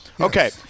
Okay